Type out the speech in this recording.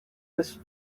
was